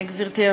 בבקשה, גברתי.